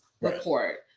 report